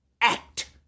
act